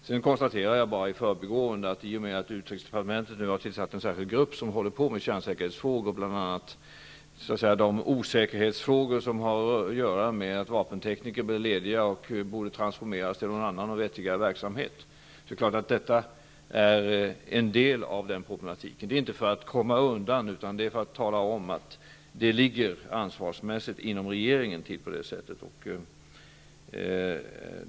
Sedan konstaterar jag bara i förbigående, i och med att utrikesdepartementet nu har tillsatt en särskild grupp som håller på med kärnsäkerhetsfrågor -- bl.a. de osäkerhetsfrågor som har att göra med att vapentekniker blir lediga och borde omplaceras till annan och vettigare verksamhet -- att det är klart att detta är en del av problematiken. Det är inte för att komma undan, utan det är för att tala om att det ansvarsmässigt ligger till på det sättet inom regeringen.